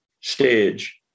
stage